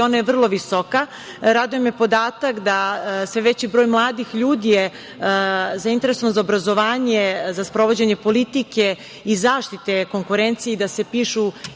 ona je vrlo visoka. Raduje me podatak da je sve veći broj mladih ljudi zainteresovan za obrazovanje, za sprovođenje politike i zaštite konkurencije i da se pišu